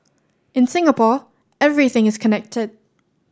in Singapore everything is connected